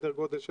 סדר גודל של